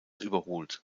überholt